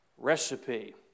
recipe